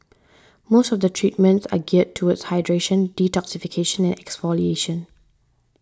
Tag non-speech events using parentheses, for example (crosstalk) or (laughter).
(noise) most of the treatments are geared toward hydration detoxification and exfoliation